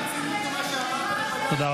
תודה.